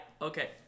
okay